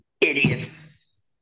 Idiots